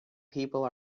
people